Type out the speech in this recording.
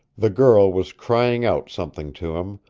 the girl was crying out something to him,